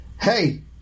hey